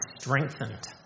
strengthened